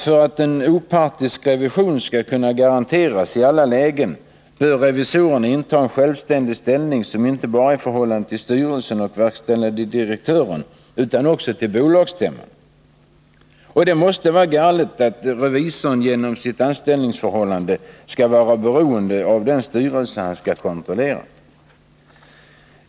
För att en opartisk revision skall kunna garanteras i alla lägen bör revisorerna inta en självständig ställning inte bara i förhållande till styrelsen och verkställande direktören utan också till bolagsstämman. Det måste vara galet att revisorn genom sitt anställningsförhållande skall vara beroende av den styrelse som han skall kontrollera.